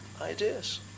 ideas